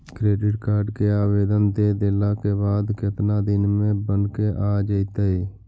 Credit card के आवेदन दे देला के बाद केतना दिन में बनके आ जइतै?